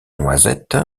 noisette